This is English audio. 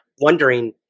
wondering